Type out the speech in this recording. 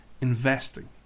investing